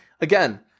Again